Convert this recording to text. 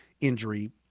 injury